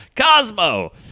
Cosmo